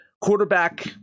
quarterback